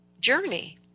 journey